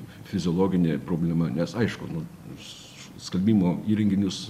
fiziologinė problema nes aišku nu s skalbimo įrenginius